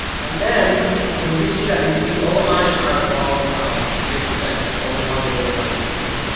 and then when you see that you can see all of mine are above three percent all the ones that we're like like,